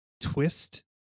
twist